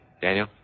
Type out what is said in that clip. Daniel